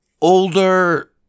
older